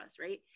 right